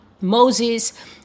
Moses